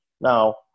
Now